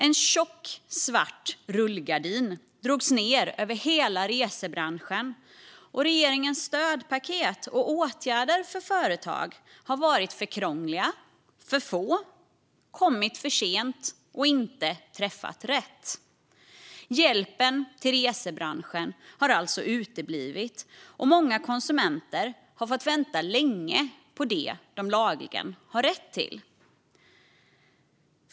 En tjock svart rullgardin drogs ned över hela resebranschen. Regeringens stödpaket och åtgärder för företag har varit för krångliga och för få. De har kommit för sent och har inte träffat rätt. Hjälpen till resebranschen har alltså uteblivit, och många konsumenter har fått vänta länge på det de lagligen har rätt till.